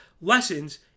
lessons